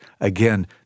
again